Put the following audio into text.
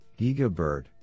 GigaBird